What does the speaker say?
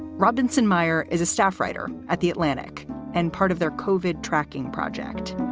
robinson meyer is a staff writer at the atlantic and part of their cauvin tracking project